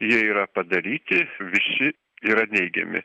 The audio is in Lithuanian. jie yra padaryti visi yra neigiami